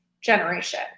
generation